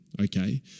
okay